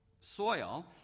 soil